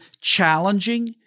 challenging